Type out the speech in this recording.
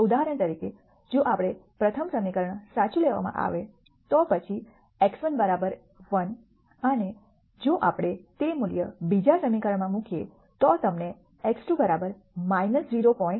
ઉદાહરણ તરીકે જો આપણે પ્રથમ સમીકરણ સાચું લેવા માં આવે તો પછી x1 1 અને જો આપણે તે મૂલ્ય બીજા સમીકરણમાં મુકીએ તો તમને x2 0